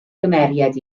gymeriad